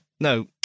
No